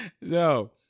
No